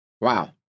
Wow